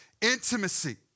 intimacy